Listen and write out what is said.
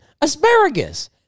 Asparagus